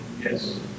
Yes